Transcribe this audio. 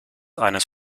eines